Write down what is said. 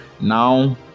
now